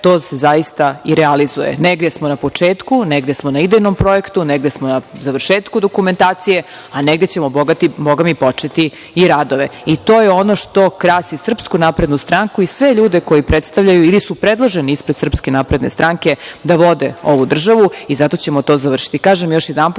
to se zaista i realizuje. Negde smo na početku, negde smo na idejnom projektu, negde smo na završetku dokumentacije, a negde ćemo, Boga mi, početi i radove. To je ono što krasi SNS i sve ljude koji je predstavljaju ili su predloženi ispred SNS da vode ovu državu i zato ćemo to završiti. Kažem